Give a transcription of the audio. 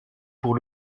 pour